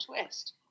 twist